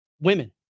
women